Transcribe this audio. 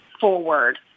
forward